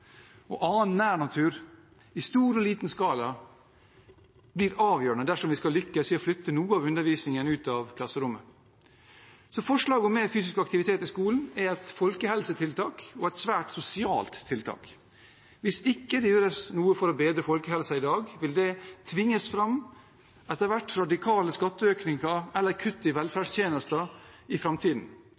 og annen nærnatur i stor og liten skala blir avgjørende dersom vi skal lykkes i å flytte noe av undervisningen ut av klasserommet. Forslaget om mer fysisk aktivitet i skolen er et folkehelsetiltak og et svært sosialt tiltak. Hvis det ikke gjøres noe for å bedre folkehelsen i dag, vil det etter hvert tvinge fram radikale skatteøkninger eller kutt i velferdstjenestene i framtiden.